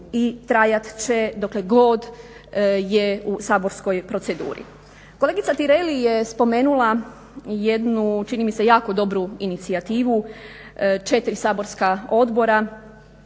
i trajat će dokle god je u saborskoj proceduri. Kolegica Tireli je spomenula jednu čini mi se jako dobru inicijativu četiri saborska odbora